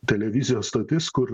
televizijos stotis kur